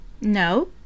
No